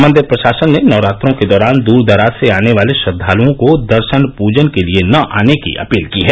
मंदिर प्रशासन ने नवरात्रों के दौरान दूर दराज से आने वाले श्रद्वालुओं को दर्शन पूजन के लिये न आने की अपील की है